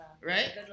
Right